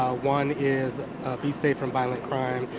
ah one is be safe from violent crime.